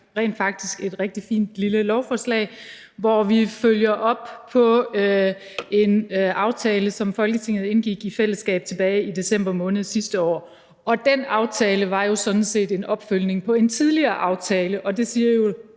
rent faktisk et rigtig fint lille lovforslag, hvor vi følger op på en aftale, som Folketinget indgik i fællesskab tilbage i december måned sidste år. Den aftale var jo sådan set en opfølgning på en tidligere aftale, og det siger jo